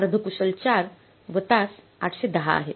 अर्ध कुशल 4 व तास 810 आहेत